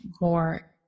more